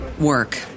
work